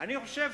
אני חושב,